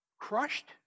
crushed